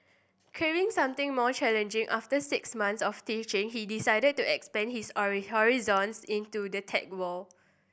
craving something more challenging after six months of teaching he decided to expand his horizons into the tech world